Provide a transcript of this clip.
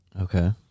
Okay